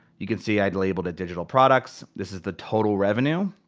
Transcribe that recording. you can see i labeled it digital products. this is the total revenue.